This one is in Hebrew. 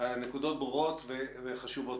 הנקודות ברורות וחשובות.